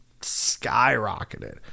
skyrocketed